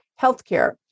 healthcare